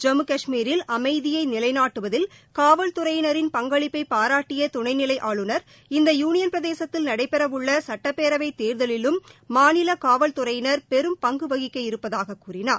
ஜம்மு கஷ்மீரில் அமைதியை நிலைநாட்டுவதில் காவல்துறையினரின் பங்களிப்பை பாராட்டிய துணைநிலை ஆளுநர் இந்த யுளியன் பிரதேசத்தில் நடைபெறவுள்ள சட்டப்பேரவைத் தேர்தகிலும் மாநில காவல்துறையினர் பெரும் பங்கு வகிக்க இருப்பதாகக் கூறினார்